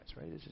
right